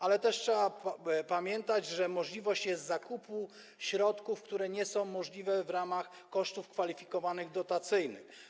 Ale też trzeba pamiętać, że jest możliwość zakupu środków, który nie jest możliwy w ramach kosztów kwalifikowanych dotacyjnych.